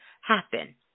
happen